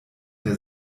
der